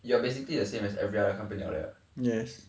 you are basically the same as every other company out there liao